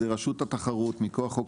רשות התחרות מכוח חוק